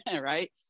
right